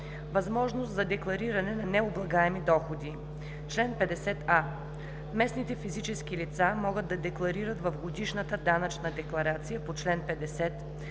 Възможност за деклариране на необлагаеми доходи „Чл. 50а. Местните физически лица могат да декларират в годишната данъчна декларация по чл. 50